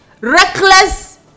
reckless